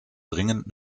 dringend